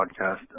podcast